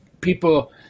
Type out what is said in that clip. People